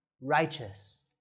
righteous